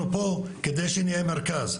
אנחנו פה כדי שנהיה מרכז.